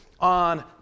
on